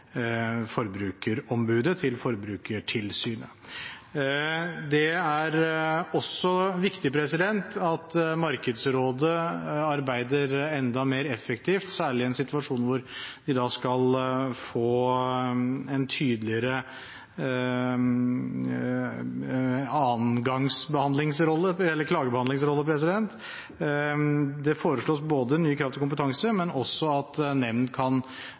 Forbrukerombudet til Forbrukertilsynet. Det er også viktig at Markedsrådet arbeider enda mer effektivt, særlig i en situasjon hvor vi skal få en tydeligere annengangs klagebehandlingsrolle. Det foreslås både nye krav til kompetanse og at en nemnd kan